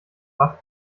bach